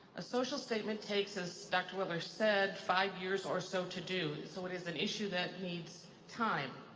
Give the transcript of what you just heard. a social statement takes, as dr. willer said, five years or so to do, so it is an issue that needs time.